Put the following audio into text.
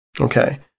Okay